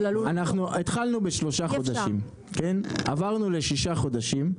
אנחנו התחלנו בשלושה חודשים, עברנו לששה חודשים,